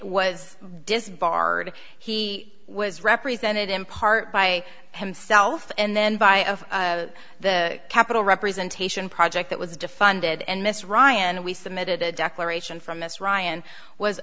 was disbarred he was represented in part by himself and then by of the capital representation project that was defended and miss ryan we submitted a declaration from this ryan was